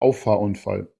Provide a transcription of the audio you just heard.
auffahrunfall